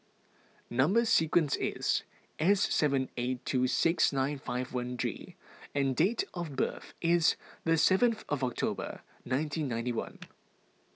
Number Sequence is S seven eight two six nine five one G and date of birth is the seventh of October nineteen ninety one